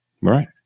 right